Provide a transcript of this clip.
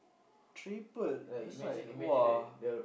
triple that's like !wah!